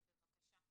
אז בבקשה.